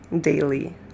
daily